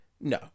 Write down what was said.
no